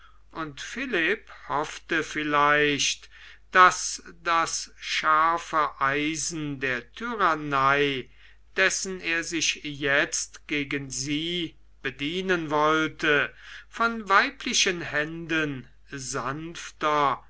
und philipp hoffte vielleicht daß das scharfe eisen der tyrannei dessen er sich jetzt gegen sie bedienen wollte von weiblichen händen sanfter